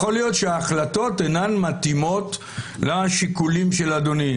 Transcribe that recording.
יכול להיות שההחלטות אינן מתאימות לשיקולים של אדוני.